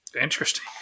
Interesting